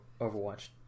Overwatch